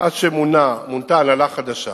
עד שמונתה הנהלה חדשה,